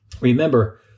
Remember